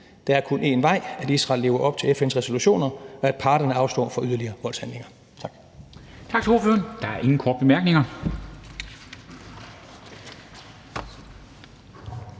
Der er kun én vej, nemlig at Israel lever op til FN's resolutioner, og at parterne afstår fra yderligere voldshandlinger. Tak.